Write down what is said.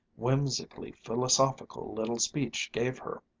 whimsically philosophical little speech gave her.